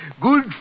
Good